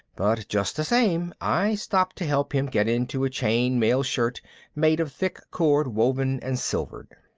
but just the same i stopped to help him get into a chain-mail shirt made of thick cord woven and silvered.